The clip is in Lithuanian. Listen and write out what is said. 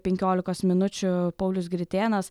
penkiolikos minučių paulius gritėnas